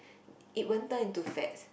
it won't turn into fat